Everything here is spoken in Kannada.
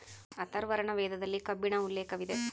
ಅಥರ್ವರ್ಣ ವೇದದಲ್ಲಿ ಕಬ್ಬಿಣ ಉಲ್ಲೇಖವಿದೆ